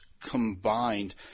combined